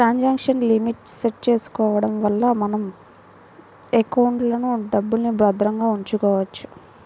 transaction limit set చేసుకోడం వల్ల మన ఎకౌంట్లో డబ్బుల్ని భద్రంగా ఉంచుకోవచ్చు